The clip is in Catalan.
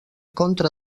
contra